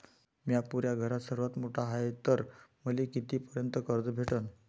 म्या पुऱ्या घरात सर्वांत मोठा हाय तर मले किती पर्यंत कर्ज भेटन?